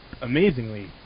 amazingly